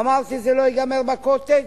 אמרתי, זה לא ייגמר ב"קוטג'".